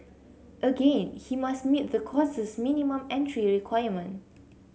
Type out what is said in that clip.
again he must meet the course's minimum entry requirement